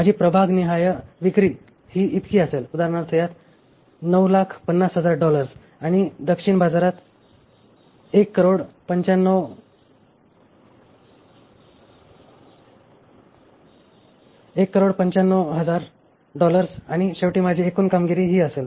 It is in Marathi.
माझी प्रभागनिहाय विक्री ही इतकी असेल उदाहरणार्थ यात 950000 डॉलर्स आणि दक्षिणी बाजारात 1950000 डॉलर्स आणि शेवटी माझी एकूण कामगिरी ही असेल